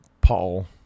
Paul